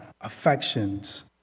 affections